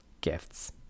gifts